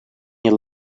yıl